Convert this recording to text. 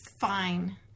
Fine